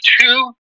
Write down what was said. two